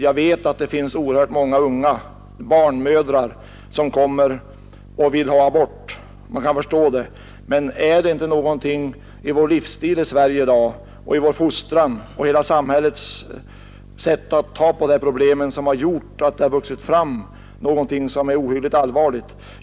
Jag vet att det finns oerhört många mycket unga flickor som begär abort. Man kan förstå det, men jag undrar om det inte är någonting i dagens livsstil, i vår fostran och i samhällets hela sätt att angripa problemen som har gjort att en ohyggligt allvarlig situation har växt fram.